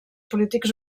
polítics